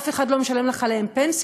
אף אחד לא משלם לך עליהן פנסיה,